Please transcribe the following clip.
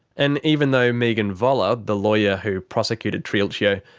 and even though megan voller, the lawyer who prosecuted triulcio,